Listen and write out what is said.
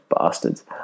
bastards